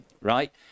right